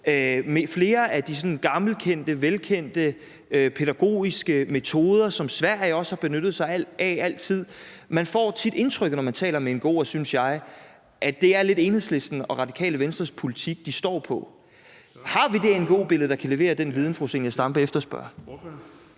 og flere af de gammelkendte og velkendte pædagogiske metoder, som Sverige også har benyttet sig af altid. Man får tit det indtryk, når man taler med ngo'er, synes jeg, at det lidt er Enhedslisten og Radikale Venstres politik, de står på skuldrene af. Har vi det ngo-billede, der kan levere den viden, fru Zenia Stampe efterspørger?